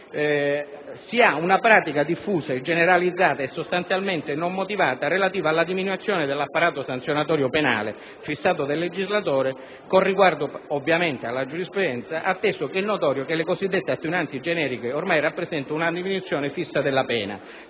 c'è una pratica diffusa, generalizzata e sostanzialmente non motivata, relativa alla diminuzione dell'apparato sanzionatorio penale fissato dal legislatore, con riguardo ovviamente alla giurisprudenza, atteso che è notorio che le cosiddette attenuanti generiche ormai rappresentano una diminuzione fissa della pena,